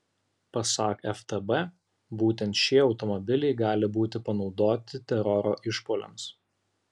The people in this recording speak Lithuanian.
pasak ftb būtent šie automobiliai gali būti panaudoti teroro išpuoliams